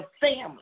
family